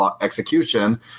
execution